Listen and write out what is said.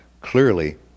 clearly